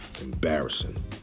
embarrassing